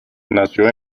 nació